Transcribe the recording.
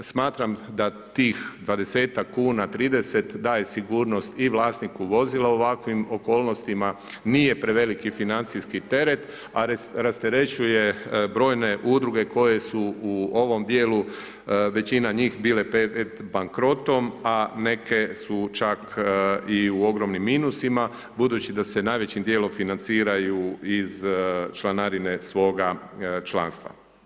Smatram da tih 20-tak kuna, 30 daje sigurnost i vlasniku vozila u ovakvim okolnostima, nije preveliki financijski teret, a rasterećuje brojne udruge koje su u ovom dijelu većina njih bile pred bankrotom, a neke su čak i u ogromnim minusima, budući da se najvećim dijelom financiraju iz članarina svoga članstva.